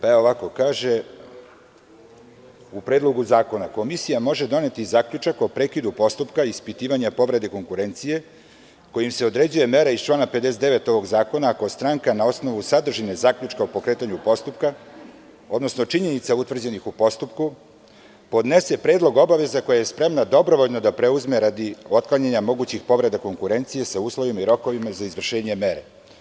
U Predlogu zakona kaže se ovako – komisija može doneti zaključak o prekidu postupka ispitivanja povrede konkurencije, kojim se određuje mera iz člana 59. ovog zakona, ako stranka na osnovu sadržine zaključka o pokretanju postupka, odnosno činjenica utvrđenih u postupku, podnese predlog obaveza koje je spremna dobrovoljno da preuzme radi otklanjanja mogućih povreda konkurencije, sa uslovima i rokovima za izvršenje mere.